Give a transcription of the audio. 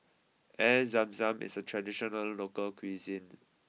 Air Zam Zam is a traditional local cuisine